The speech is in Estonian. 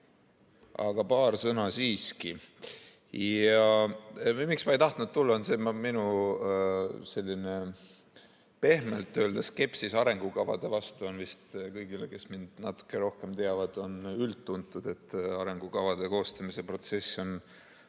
aga paar sõna siiski. Miks ma ei tahtnud tulla? Minu pehmelt öeldes skepsis arengukavade vastu on vist kõigile, kes mind natuke rohkem teavad, üldtuntud. Arengukavade koostamise protsess on